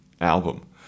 album